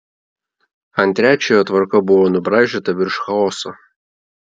ant trečiojo tvarka buvo nubraižyta virš chaoso